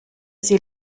sie